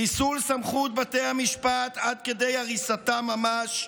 חיסול סמכות בתי המשפט עד כדי הריסתם ממש,